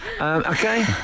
okay